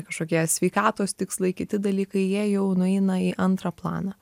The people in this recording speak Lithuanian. kažkokie sveikatos tikslai kiti dalykai jie jau nueina į antrą planą